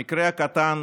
המקרה הקטן